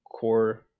core